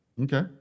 Okay